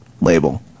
label